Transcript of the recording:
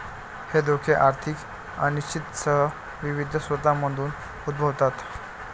हे धोके आर्थिक अनिश्चिततेसह विविध स्रोतांमधून उद्भवतात